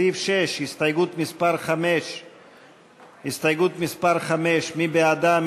סעיף 6, הסתייגות מס' 5. הסתייגות 5, מי בעדה?